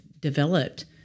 developed